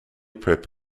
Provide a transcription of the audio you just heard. prep